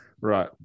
Right